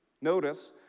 Notice